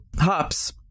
hops